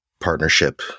partnership